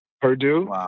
Purdue